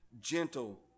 gentle